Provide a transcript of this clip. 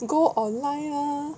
go online lor